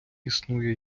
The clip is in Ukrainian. існує